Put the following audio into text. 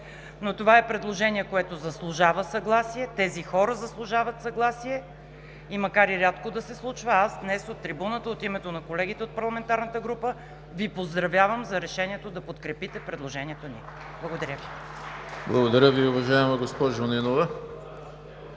но това е предложение, което заслужава съгласие, тези хора заслужават съгласие. И макар и рядко да се случва, аз днес от трибуната от името на колегите от парламентарната група Ви поздравявам за решението да подкрепите предложението ни. Благодаря Ви. (Ръкопляскания от „БСП